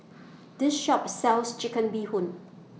This Shop sells Chicken Bee Hoon